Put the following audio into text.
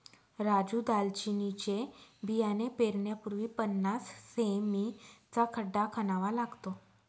राजू दालचिनीचे बियाणे पेरण्यापूर्वी पन्नास सें.मी चा खड्डा खणावा लागतो